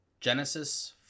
Genesis